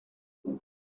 nous